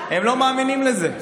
הם לא מאמינים לזה,